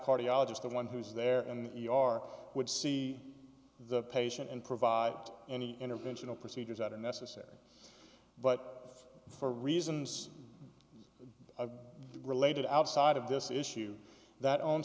cardiologist the one who's there and you are would see the patient and provide any intervention or procedures that are necessary but for reasons related outside of this issue that o